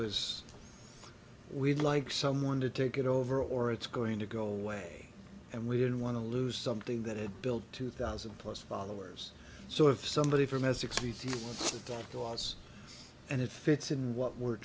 was we'd like someone to take it over or it's going to go away and we didn't want to lose something that had built two thousand plus followers so if somebody from essex talked to us and it fits in what we're